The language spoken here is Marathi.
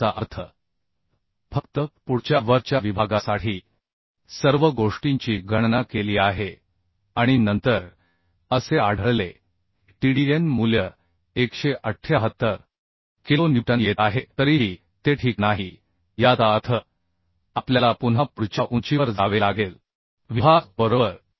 याचा अर्थ फक्त पुढच्या वरच्या विभागासाठी सर्व गोष्टींची गणना केली आहे आणि नंतर असे आढळले की TDN मूल्य 178 किलो न्यूटन येत आहे तरीही ते ठीक नाही याचा अर्थ आपल्याला पुन्हा पुढच्या उंचीवर जावे लागेल विभाग बरोबर